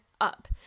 up